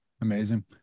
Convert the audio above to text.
Amazing